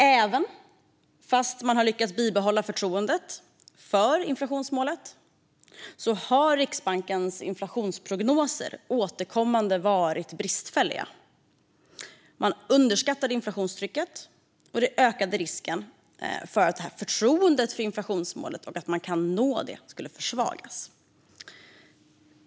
Även om man lyckats bibehålla förtroendet för inflationsmålet har Riksbankens inflationsprognoser återkommande varit bristfälliga. Man underskattade inflationstrycket. Det ökade risken för att förtroendet för inflationsmålet och att man kan nå det skulle försvagas.